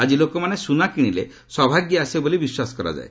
ଆଜି ଲୋକମାନେ ସୁନା କିଣିଲେ ସୌଭାଗ୍ୟ ଆସିବ ବୋଲି ବିଶ୍ୱାସ କରନ୍ତି